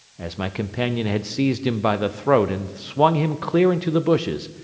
as my companion had seized him by the throat and swung him clear into the bushes,